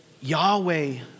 Yahweh